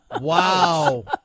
Wow